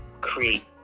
create